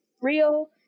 real